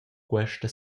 questa